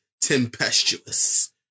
tempestuous